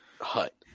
hut